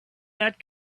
that